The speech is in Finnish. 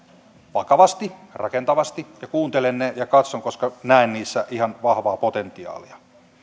vakavasti rakentavasti ja kuuntelen ne ja katson koska näen niissä ihan vahvaa potentiaalia